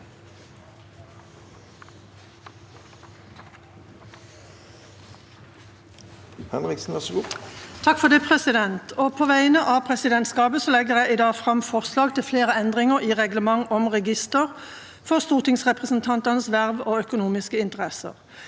Kari Henriksen På vegne av presidentskapet legger jeg i dag fram forslag til flere endringer i Reglement om register for stortingsrepresentantenes verv og økonomiske interesser.